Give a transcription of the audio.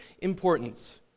importance